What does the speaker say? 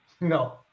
No